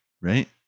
Right